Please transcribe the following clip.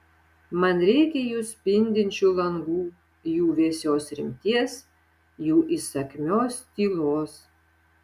man reikia jų spindinčių langų jų vėsios rimties jų įsakmios tylos